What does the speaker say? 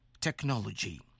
technology